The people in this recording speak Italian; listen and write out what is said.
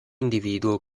individuo